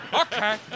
Okay